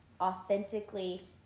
authentically